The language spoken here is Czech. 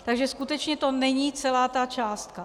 Takže to skutečně není celá ta částka.